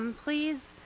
um please